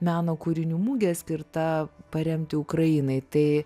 meno kūrinių mugė skirta paremti ukrainai tai